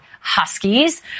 huskies